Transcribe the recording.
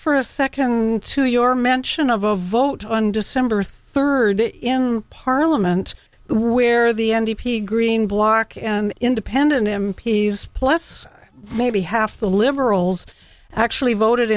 for a second to your mention of a vote on december third in parliament where the n d p green bloc and independent m p s plus maybe half the liberals actually voted